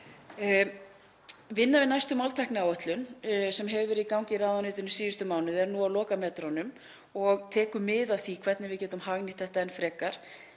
Vinna við næstu máltækniáætlun hefur verið í gangi í ráðuneytinu síðustu mánuði og er nú á lokametrunum og tekur mið af því hvernig við getum hagnýtt þetta enn frekar.